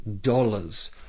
dollars